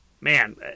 Man